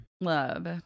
Love